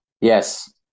yes